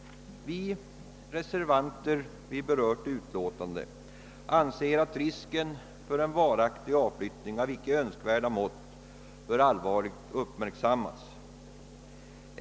Vi reservanter anser att risken för en varaktig avflyttning av icke önskvärda mått allvarligt bör uppmärksammas.